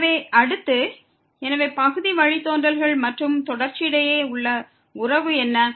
எனவே அடுத்து எனவே பகுதி வழித்தோன்றல்கள் மற்றும் தொடர்ச்சி இடையே உள்ள உறவு என்ன